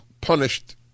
punished